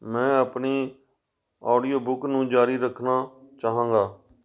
ਮੈਂ ਆਪਣੀ ਆਡੀਓਬੁੱਕ ਨੂੰ ਜਾਰੀ ਰੱਖਣਾ ਚਾਹਾਂਗਾ